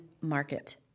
market